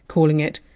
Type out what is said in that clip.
calling it!